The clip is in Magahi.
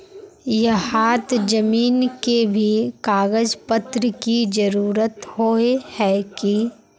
यहात जमीन के भी कागज पत्र की जरूरत होय है की?